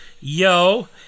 yo